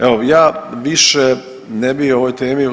Evo ja više ne bi o ovoj temi.